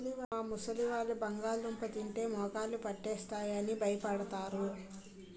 మా ముసలివాళ్ళు బంగాళదుంప తింటే మోకాళ్ళు పట్టేస్తాయి అని భయపడతారు